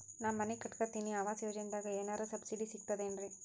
ನಾ ಮನಿ ಕಟಕತಿನಿ ಆವಾಸ್ ಯೋಜನದಾಗ ಏನರ ಸಬ್ಸಿಡಿ ಸಿಗ್ತದೇನ್ರಿ?